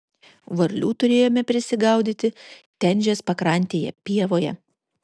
varlių turėjome prisigaudyti tenžės pakrantėje pievoje